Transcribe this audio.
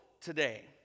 today